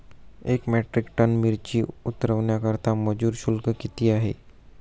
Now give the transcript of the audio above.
एक metric ton मिरची उतरवण्याकरता मजूर शुल्क किती आहे?